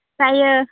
जायो